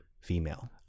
female